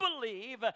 believe